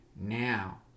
Now